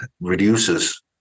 reduces